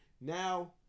Now